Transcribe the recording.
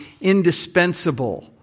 indispensable